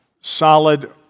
solid